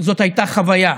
זאת הייתה חוויה